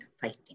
fighting